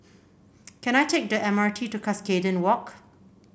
can I take the M R T to Cuscaden Walk